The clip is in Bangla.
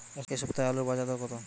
এ সপ্তাহে আলুর বাজার দর কত?